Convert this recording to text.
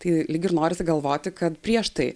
tai lyg ir norisi galvoti kad prieš tai